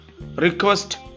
request